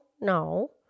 no